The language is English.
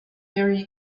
very